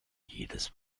jedes